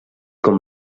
com